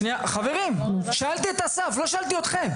חברים שאלתי את אסף, לא שאלתי אתכם.